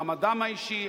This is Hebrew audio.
מעמדם האישי,